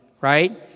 right